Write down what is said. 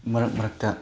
ꯃꯔꯛ ꯃꯔꯛꯇ